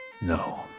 no